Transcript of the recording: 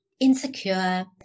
insecure